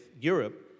Europe